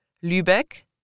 Lübeck